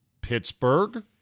Pittsburgh